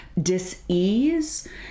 dis-ease